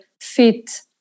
fit